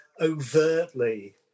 overtly